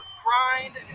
grind